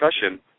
discussion